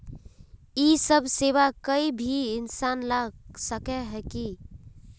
इ सब सेवा कोई भी इंसान ला सके है की?